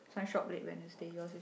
some shop lit Wednesday yours is